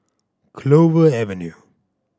Clover Avenue